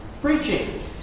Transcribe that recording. preaching